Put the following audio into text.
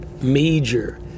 major